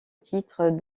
titre